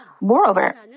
Moreover